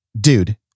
dude